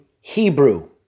Hebrew